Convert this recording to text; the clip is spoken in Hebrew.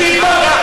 תקשיב טוב.